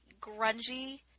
grungy